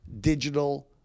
Digital